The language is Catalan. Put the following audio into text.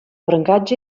brancatge